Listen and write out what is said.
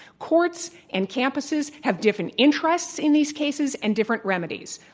courts and campuses have different interests in these cases and different remedies.